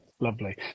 Lovely